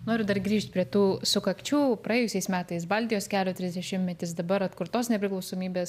noriu dar grįžt prie tų sukakčių praėjusiais metais baltijos kelio trisdešimtmetis dabar atkurtos nepriklausomybės